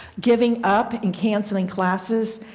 giving up and canceling classes,